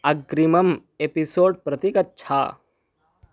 अग्रिमम् एपिसोड् प्रति गच्छ